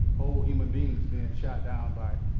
whole human beings being shot down by